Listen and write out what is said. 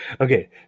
okay